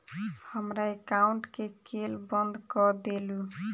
हमरा एकाउंट केँ केल बंद कऽ देलु?